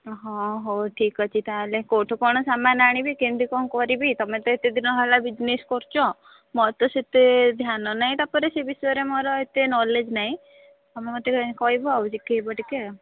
ହଁ ହଉ ଠିକ୍ ଅଛି ତା'ହାଲେ କେଉଁଠୁ କ'ଣ ସାମାନ ଆଣିବି କେମିତି କ'ଣ କରିବି ତମେ ତ ଏତେ ଦିନ ହେଲା ବିଜ୍ନେସ କରୁଛ ମୋର ତ ସେତେ ଧ୍ୟାନ ନାହିଁ ତା'ପରେ ସେ ବିଷୟରେ ମୋର ଏତେ ନଲେଜ୍ ନାହିଁ ତମେ ମୋତେ କହିବ ଆଉ ଶିଖାଇବ ଟିକେ ଆଉ